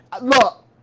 Look